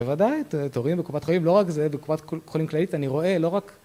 בוודאי, אתם רואים בקופת חולים, לא רק זה בקופת חולים כללית, אני רואה לא רק...